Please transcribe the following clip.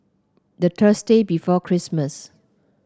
the Thursday before Christmas